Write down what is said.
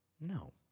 no